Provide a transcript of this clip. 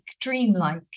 dream-like